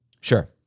Sure